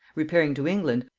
repairing to england,